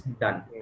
done